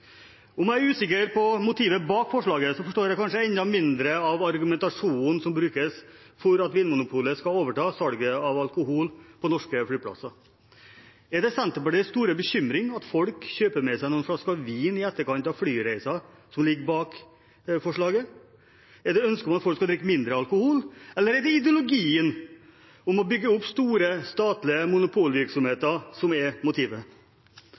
Om jeg er usikker på motivet bak forslaget, forstår jeg kanskje enda mindre av argumentasjonen som brukes for at Vinmonopolet skal overta salget av alkohol på norske flyplasser. Er det Senterpartiets store bekymring for at folk kjøper med seg noen flasker vin i etterkant av flyreisen, som ligger bak forslaget? Er det ønsket om at folk skal drikke mindre alkohol? Eller er det ideologien om å bygge opp store, statlige monopolvirksomheter som er motivet?